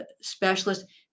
specialist